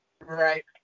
Right